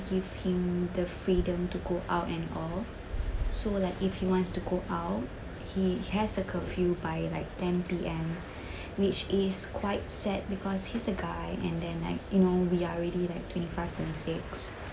give him the freedom to go out and all so like if he wants to go out he has a curfew by like ten P_M which is quite sad because he's a guy and then like you know we are already like twenty five twenty six